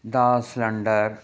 the cylinder